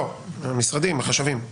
לא, המשרדים, החשבים.